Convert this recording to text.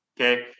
Okay